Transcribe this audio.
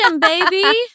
baby